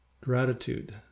gratitude